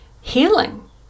healing